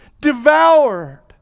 devoured